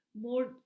more